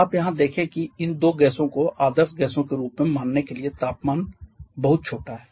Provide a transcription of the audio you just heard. आप यहाँ देखें कि इन दो गैसों को आदर्श गैसों के रूप में मानने के लिए तापमान बहुत छोटा है